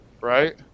Right